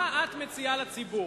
מה את מציעה לציבור?